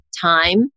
time